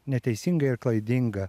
neteisinga ir klaidinga